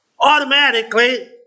automatically